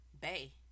Bay